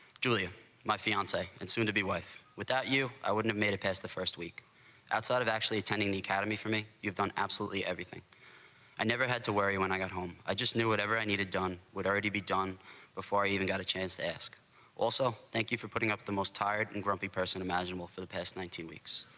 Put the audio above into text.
julia my fiance, and soon to be wife without you, i would have made it past the first week outside of actually attending the academy. for me, you've done absolutely everything i never had to worry when i got home i just knew it ever i needed done would already be done before. i even got a chance to ask also thank you for putting up the most tired and grumpy person imaginable. for the past nineteen weeks,